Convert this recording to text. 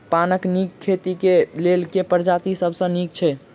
पानक नीक खेती केँ लेल केँ प्रजाति सब सऽ नीक?